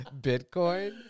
Bitcoin